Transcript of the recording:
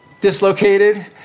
dislocated